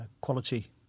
quality